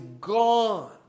gone